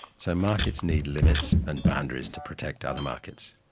so markets need limits and boundaries to protect other markets